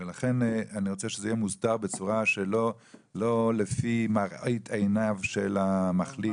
ולכן אני ארצה שזה יהיה מוסדר בצורה שלא לפי מראית עיניו של המחליט,